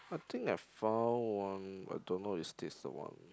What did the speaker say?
I think I found one I don't know is this the one